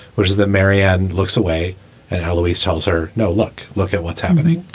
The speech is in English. whereas the marijan looks away and alawis tells her, no, look, look at what's happening.